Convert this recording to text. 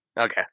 Okay